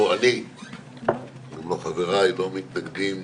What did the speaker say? ואני לא מתנגדים